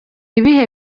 ibihe